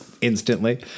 instantly